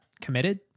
committed